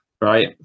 right